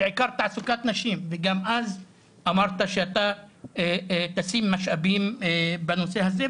בעיקר תעסוקת נשים וגם אז אתה אמרת שתשים משאבים בנושא הזה,